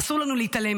אסור לנו להתעלם.